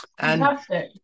Fantastic